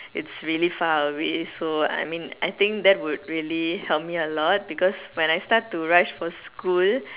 it's really far away so I mean I think that would really help me a lot because when I start to rise for school